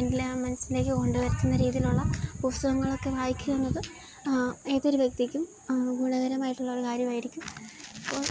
എൻ്റെ മനസ്സിലേക്ക് കൊണ്ടുവരുന്ന രീതിയിലുള്ള പുസ്തകങ്ങളൊക്കെ വായിക്കുന്നത് ഏതൊരു വ്യക്തിക്കും ഗുണകരമായിട്ടുള്ളൊരു കാര്യമായിരിക്കും അപ്പോള്